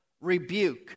rebuke